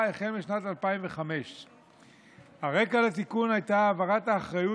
החל בשנת 2005. הרקע לתיקון היה העברת האחריות